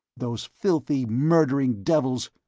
those filthy, murdering devils!